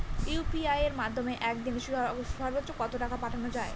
UPI এর মাধ্যমে এক দিনে সর্বচ্চ কত টাকা পাঠানো যায়?